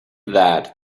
that